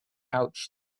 ouch